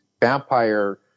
vampire